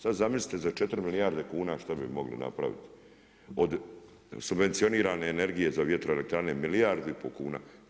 Sada zamislite za 4 milijarde kuna što bismo mogli napraviti od subvencionirane energije za vjetroelektrane milijardu i pol kuna.